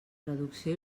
traducció